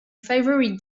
favourite